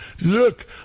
look